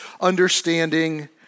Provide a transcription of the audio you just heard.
understanding